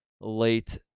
late